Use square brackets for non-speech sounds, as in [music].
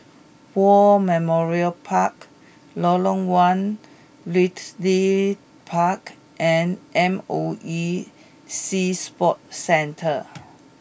War Memorial Park Lorong one [unintelligible] Park and M O E Sea Sports Centre